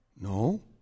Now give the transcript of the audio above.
No